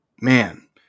man